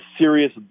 serious